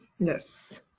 Yes